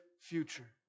future